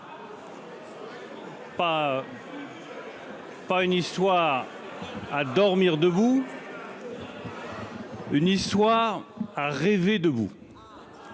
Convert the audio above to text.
Pas une histoire à dormir debout. Voilà. Une histoire à rêver debout,